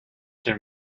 den